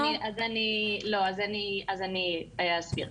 אני אסביר.